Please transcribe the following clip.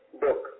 book